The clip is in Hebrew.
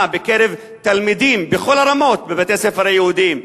בקרב תלמידים בכל הרמות בבתי-הספר היהודיים,